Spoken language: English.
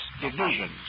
divisions